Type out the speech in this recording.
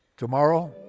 tomorrow,